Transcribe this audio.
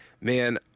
man